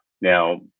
Now